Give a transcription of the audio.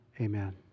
Amen